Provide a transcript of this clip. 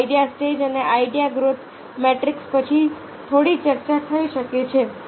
idea stage અને idea growth matrix પછી થોડી ચર્ચા થઈ શકે છે